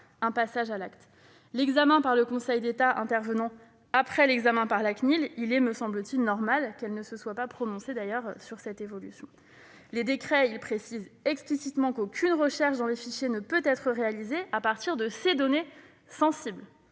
à passer à l'acte. L'examen du Conseil d'État intervenant après l'examen de la CNIL, il me semble normal que celle-ci ne se soit pas prononcée sur cette évolution. Les décrets précisent explicitement qu'aucune recherche dans les fichiers ne peut être réalisée à partir de ces données sensibles.